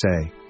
say